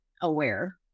aware